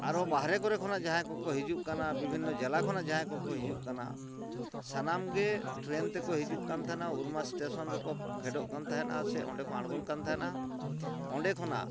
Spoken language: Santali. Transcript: ᱟᱨᱚ ᱵᱟᱦᱨᱮ ᱠᱚᱨᱮ ᱠᱷᱚᱱᱟᱜ ᱡᱟᱦᱟᱸᱭ ᱠᱚ ᱠᱚ ᱦᱤᱡᱩᱜ ᱠᱟᱱᱟ ᱵᱤᱵᱷᱤᱱᱱᱚ ᱡᱮᱞᱟ ᱠᱷᱚᱱᱟᱜ ᱡᱟᱦᱟᱸᱭ ᱠᱚᱠᱚ ᱦᱤᱡᱩᱜ ᱠᱟᱱᱟ ᱥᱟᱱᱟᱢ ᱜᱮ ᱴᱨᱮᱹᱱ ᱛᱮᱠᱚ ᱦᱤᱡᱩᱜ ᱠᱟᱱ ᱛᱟᱦᱮᱱᱟ ᱩᱨᱢᱟ ᱥᱴᱮᱥᱚᱱ ᱨᱮᱠᱚ ᱯᱷᱮᱰᱚᱜ ᱠᱟᱱ ᱛᱟᱦᱮᱸᱫᱼᱟ ᱥᱮ ᱚᱸᱰᱮ ᱠᱚ ᱟᱬᱜᱚᱱ ᱠᱟᱱ ᱛᱟᱦᱮᱸᱫᱼᱟ ᱚᱸᱰᱮ ᱠᱷᱚᱱᱟᱜ